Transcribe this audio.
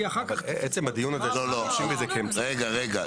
רגע, רגע.